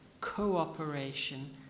cooperation